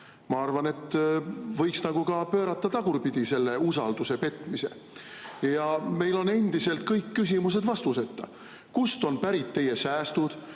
Ma arvan, et võiks nagu pöörata ka tagurpidi selle usalduse petmise. Meil on endiselt kõik küsimused vastuseta. Kust on pärit teie säästud,